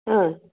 ಹಾಂ